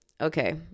okay